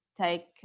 take